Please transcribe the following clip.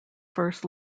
first